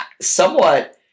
somewhat